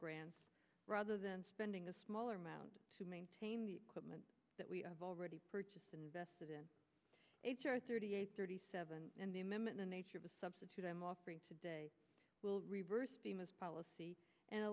grants rather than spending a smaller amount to maintain the equipment that we have already purchased and invested in h r thirty eight thirty seven and the amendment the nature of a substitute i'm offering today will reverse the most policy and